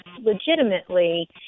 legitimately